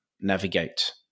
navigate